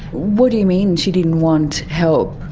what do you mean she didn't want help?